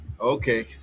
Okay